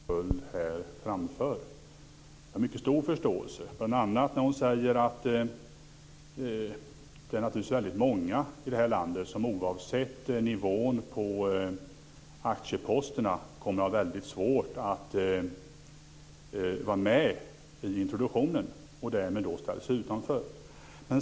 Fru talman! Det är väl intressant att vi får en välgörande debatt också inom partierna i sådana här viktiga frågor. Jag har naturligtvis mycket lättare än Per Westerberg att förstå det som Camilla Sköld Jansson här framför. Jag har mycket stor förståelse, bl.a. när hon säger att det naturligtvis är väldigt många i det här landet som oavsett nivån på aktieposterna kommer att ha väldigt svårt att vara med i introduktionen och som i och med det ställs utanför.